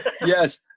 Yes